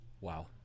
Wow